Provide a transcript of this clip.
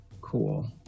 Cool